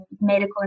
medical